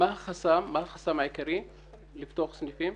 מה החסם העיקרי לפתוח סניפים?